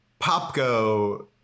Popko